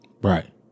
Right